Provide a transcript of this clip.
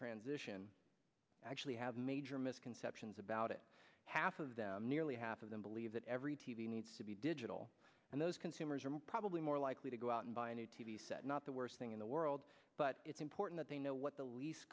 transition actually have major misconceptions about it half of them nearly half of them believe that every t v needs to be digital and those consumers are probably more likely to go out and buy a new t v set not the worst thing in the world but it's important they know what the least